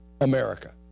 America